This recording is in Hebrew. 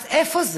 אז איפה זה?